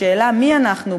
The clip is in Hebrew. בשאלה מי אנחנו,